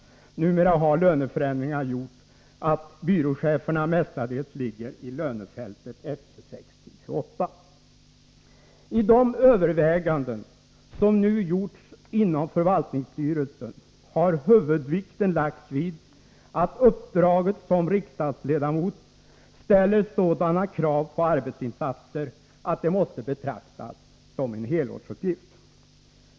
Numera har löneförändringarna gjort att byråchefernas löner mestadels ligger i lönefältet F 26-28. I de överväganden som nu har gjorts inom förvaltningsstyrelsen har huvudvikten lagts vid att uppdraget som riksdagsledamot ställer sådana krav på arbetsinsatser att det måste betraktas som helårsuppgift.